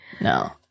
no